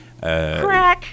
Crack